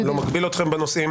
אני לא מגביל אתכם בנושאים,